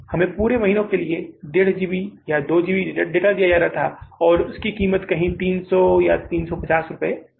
हमें पूरे महीने के लिए 15 जीबी 2 जीबी डेटा दिया जा रहा था और उसकी कीमत कहीं 300 और 350 रुपये थी